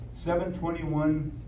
721